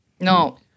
No